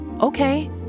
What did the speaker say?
okay